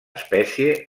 espècie